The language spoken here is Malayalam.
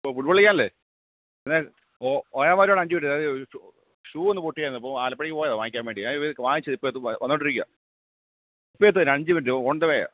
ഒ ഫുട് ബോൾ കളിക്കാനല്ലെ പിന്നെ ഒരു അഞ്ച് മിനിറ്റ് അതേ ഷൂ ഒന്നു പൊട്ടിയായിരുന്നു അപ്പോൾ ആലപ്പുഴയ്ക്ക് പോയത് വാങ്ങിക്കാൻ വേണ്ടി ഞാനിതു വാങ്ങിച്ച് ഇപ്പോൾ വന്നു കൊണ്ടിരിക്കുകയാണ് ഇപ്പെത്തും ഒരഞ്ച് മിനിറ്റ് ഓൺ ദ വേ ആണ്